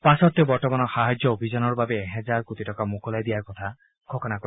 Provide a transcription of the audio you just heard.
পাছত তেওঁ বৰ্তমানৰ সাহায্য অভিযানৰ বাবে এহেজাৰ কোটি টকা মোকলাই দিয়াৰ কথা ঘোষণা কৰে